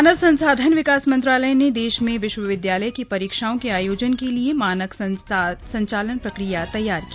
मानव संसाधन विकास मंत्रालय ने देश में विश्वविद्यालय की परीक्षाओं के आयोजन के लिए मानक संचालन प्रक्रिया तैयार की